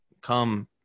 come